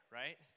right